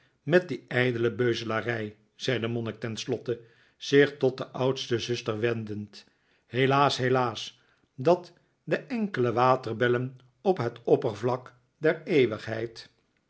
met die ijdele beuzelarij zei de monnik tenslotte zich tot de oudste zuster wendend helaas helaas dat de enkele waterbellen op de oppervlakte der eeuwigheid